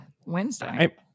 Wednesday